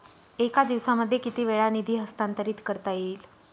एका दिवसामध्ये किती वेळा निधी हस्तांतरीत करता येईल?